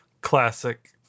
Classic